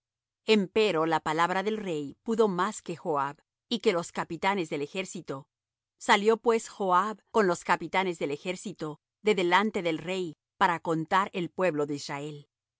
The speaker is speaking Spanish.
rey empero la palabra del rey pudo más que joab y que los capitanes del ejército salió pues joab con los capitanes del ejército de delante del rey para contar el pueblo de israel